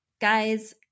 Guys